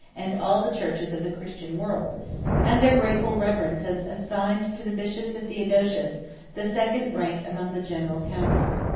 and all the churches of the christian world and their grateful reverence has assigned to the bishops of theodosius the second rank among the general councils.